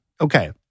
Okay